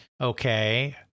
Okay